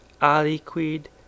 aliquid